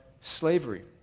slavery